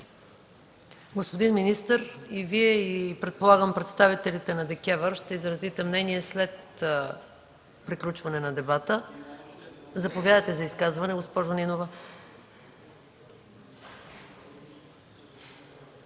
Господин министър, и Вие, а предполагам и представителите на ДКЕВР, ще изразите мнение след приключване на дебата. Заповядайте за изказване, госпожо Нинова.